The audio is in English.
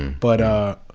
but